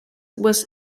was